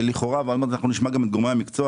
לכאורה ועוד מעט נשמע גם את גורמי המקצוע